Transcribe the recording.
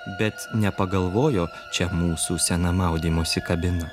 bet nepagalvojo čia mūsų sena maudymosi kabina